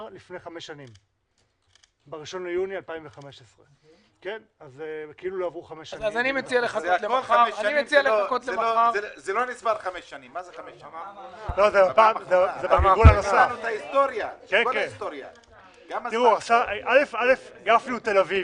לפני חמש שנים - ב-1 ביוני 2015. גפני הוא תל-אביבי,